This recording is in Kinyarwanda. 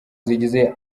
zigize